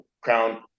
Crown